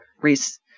Reese